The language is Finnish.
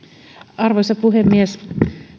arvoisa puhemies